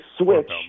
switch